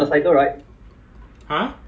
他们他们讲什么 ah